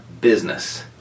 business